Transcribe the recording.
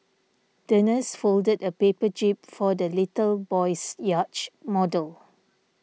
the nurse folded a paper jib for the little boy's yacht model